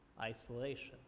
isolation